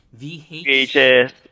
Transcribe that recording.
VHS